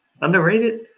Underrated